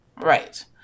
Right